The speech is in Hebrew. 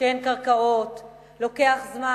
שאין קרקעות ולוקח זמן.